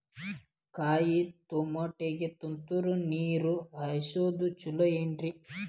ಕಾಯಿತಮಾಟಿಗ ತುಂತುರ್ ನೇರ್ ಹರಿಸೋದು ಛಲೋ ಏನ್ರಿ?